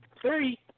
three